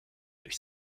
durch